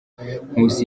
nkusi